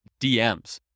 DMs